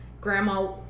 Grandma